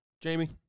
Jamie